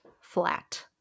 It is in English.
flat